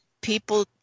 people